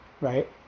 right